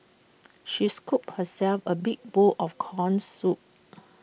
she scooped herself A big bowl of Corn Soup